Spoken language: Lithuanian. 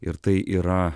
ir tai yra